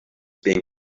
being